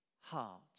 heart